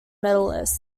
medalists